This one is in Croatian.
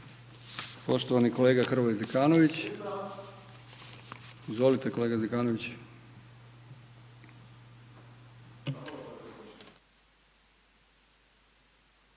poštovani kolega Hrvoje Zekanović,